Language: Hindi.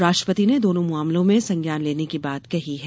राष्ट्रपति ने दोनों मामलों में संज्ञान लेने की बात कही है